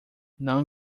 non